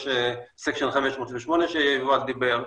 יש את section 508 שיובל דיבר עליו,